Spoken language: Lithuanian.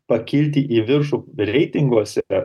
pakilti į viršų reitinguose